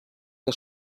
que